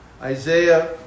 Isaiah